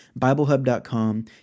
BibleHub.com